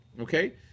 Okay